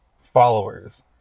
followers